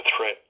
threat